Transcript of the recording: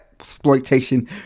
exploitation